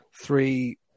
three